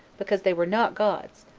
because they were not gods,